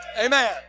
Amen